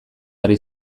ari